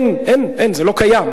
אין, אין, אין, זה לא קיים.